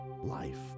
life